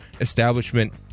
establishment